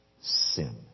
sin